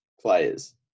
players